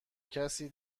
کسی